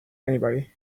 anybody